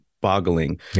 boggling